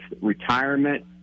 retirement